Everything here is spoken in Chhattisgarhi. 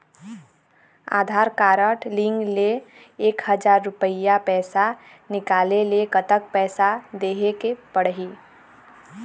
आधार कारड लिंक ले एक हजार रुपया पैसा निकाले ले कतक पैसा देहेक पड़ही?